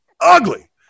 ugly